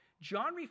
John